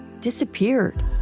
disappeared